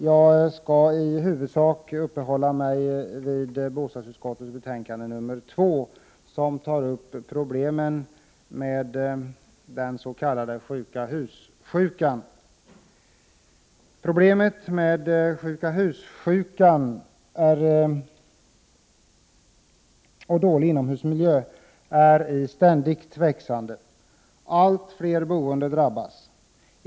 Jag skall i huvudsak uppehålla mig vid bostadsutskot tets betänkande 2 som tar upp problemen med den s.k. sjuka hus-sjukan. Problemet med sjuka hus-sjukan och dålig inomhusmiljö är i ständigt växande. Allt fler boende drabbas.